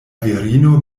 virino